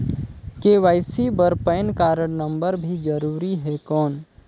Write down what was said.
KYC बर PAN card number भी जरूरी हे कौन?